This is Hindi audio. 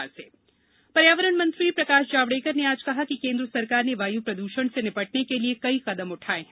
प्रद्षण जावडेकर पर्यावरण मंत्री प्रकाश जावडेकर ने आज कहा कि केन्द्र सरकार ने वायु प्रदूषण से निपटने के लिए कई कदम उठाए हैं